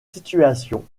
situation